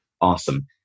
Awesome